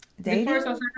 dating